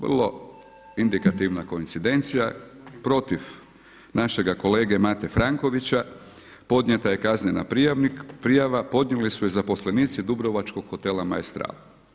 Vrlo indikativna koincidencija protiv našega kolega Mate Frankovića podnijeta je kaznena prijava, podnijeli su je zaposlenici dubrovačkog Hotela Maestral.